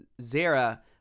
Zara